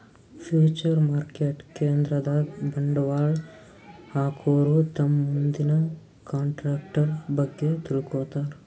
future market ಕೇಂದ್ರದಾಗ್ ಬಂಡವಾಳ್ ಹಾಕೋರು ತಮ್ ಮುಂದಿನ ಕಂಟ್ರಾಕ್ಟರ್ ಬಗ್ಗೆ ತಿಳ್ಕೋತಾರ್